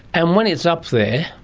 and when it's up there,